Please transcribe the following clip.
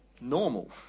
normal